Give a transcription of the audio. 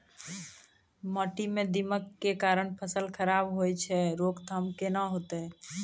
माटी म दीमक के कारण फसल खराब होय छै, रोकथाम केना होतै?